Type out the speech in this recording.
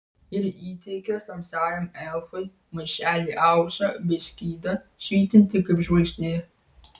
ir įteikė tamsiajam elfui maišelį aukso bei skydą švytintį kaip žvaigždė